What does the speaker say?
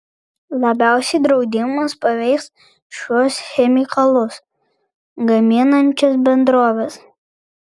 labiausiai draudimas paveiks šiuos chemikalus gaminančias bendroves